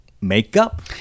makeup